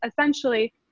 essentially